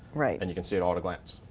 right. and you can see it all at a glance.